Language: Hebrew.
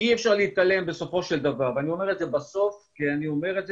אני לא אומר את זה כתירוץ, אני אומר את זה